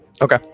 Okay